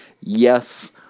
Yes